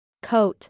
Coat